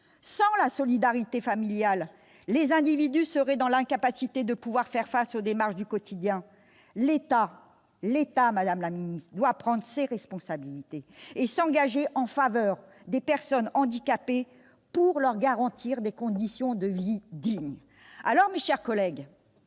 Sans la solidarité familiale, les individus seraient dans l'incapacité de faire face aux démarches du quotidien. Madame la secrétaire d'État, l'État doit prendre ses responsabilités et s'engager en faveur des personnes handicapées pour garantir des conditions de vie dignes. Mes chers collègues,